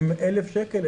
הן 1,000 שקל,